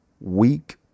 weak